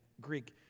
Greek